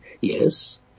Yes